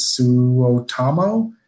Suotamo